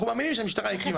אנחנו מאמינים שהמשטרה הקימה,